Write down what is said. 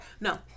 No